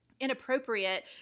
inappropriate